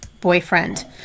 boyfriend